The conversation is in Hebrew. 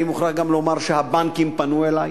אני מוכרח גם לומר שהבנקים פנו אלי,